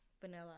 Vanilla